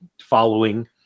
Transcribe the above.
following